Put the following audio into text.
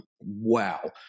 wow